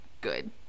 good